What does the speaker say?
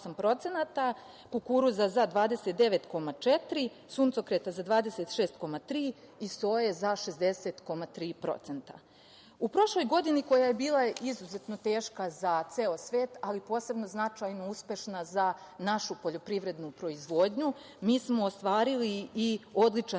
kukuruza za 29,4%, suncokreta za 26,3% i soje za 60,3%.U prošloj godini, koja je bila izuzetno teška za ceo svet, ali posebno značajna i uspešna za našu poljoprivrednu proizvodnju, mi smo ostvarili i odličan